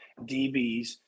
DBs